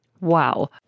Wow